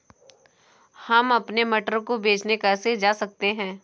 हम अपने मटर को बेचने कैसे जा सकते हैं?